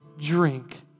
drink